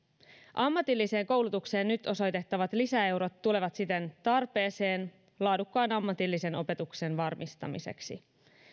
ammatilliseen koulutukseen nyt osoitettavat lisäeurot tulevat siten tarpeeseen laadukkaan ammatillisen opetuksen varmistamiseksi